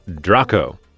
Draco